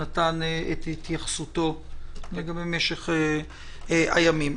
נתן את התייחסותו לגבי משך הימים.